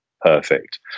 perfect